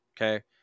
okay